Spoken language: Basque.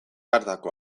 hartako